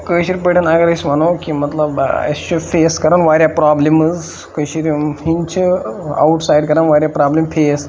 کٲشِر پٲٹھۍ اگر أسۍ وَنو کہِ مطلب اَسہِ چھُ فیس کَران واریاہ پرٛابلِمٕز کٔشیٖرِ ہِنٛدۍ چھِ آوُٹ سایڈ کَران واریاہ پرٛابلِم فیس